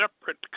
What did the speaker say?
separate